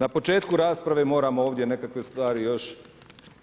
Na početku rasprave moramo ovdje nekakve stvari još